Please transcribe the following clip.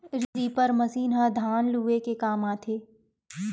reaper machine ह धान ल लूए के काम आथे